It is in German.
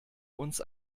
uns